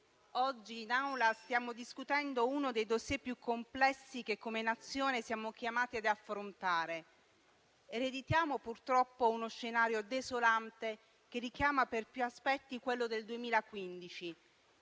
oggi in Aula stiamo discutendo uno dei *dossier* più complessi che come Nazione siamo chiamati ad affrontare. Ereditiamo purtroppo uno scenario desolante che richiama per più aspetti quello del 2015.